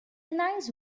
nice